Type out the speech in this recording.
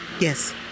yes